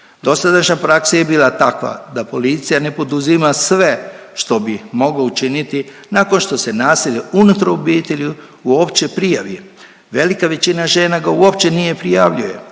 Dosadašnja praksa je bila takva da policija ne poduzima sve što bi mogao učiniti nakon što se nasilje unutra obitelji uopće prijavi. Velika većina žena ga uopće nije prijavljuje,